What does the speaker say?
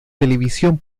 televisión